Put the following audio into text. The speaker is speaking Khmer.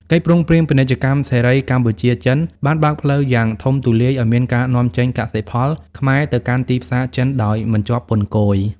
កិច្ចព្រមព្រៀងពាណិជ្ជកម្មសេរី កម្ពុជា-ចិន បានបើកផ្លូវយ៉ាងធំទូលាយឱ្យមានការនាំចេញកសិផលខ្មែរទៅកាន់ទីផ្សារចិនដោយមិនជាប់ពន្ធគយ។